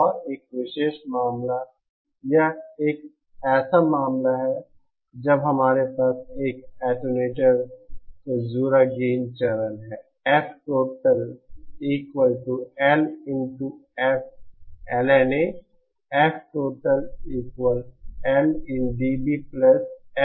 और एक विशेष मामला यह ऐसा मामला है जब हमारे पास एक एटेन्यूएटर से जुड़ा गेन चरण है